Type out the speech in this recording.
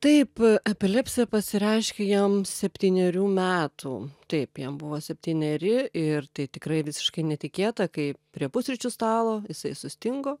taip epilepsija pasireiškė jam septynerių metų taip jam buvo septyneri ir tai tikrai visiškai netikėta kai prie pusryčių stalo jisai sustingo